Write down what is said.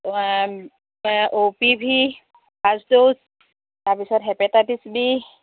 অ' P V first dose তাৰপিছত hepatitis B